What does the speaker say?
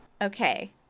Okay